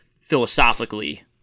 philosophically